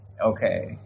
Okay